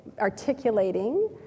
articulating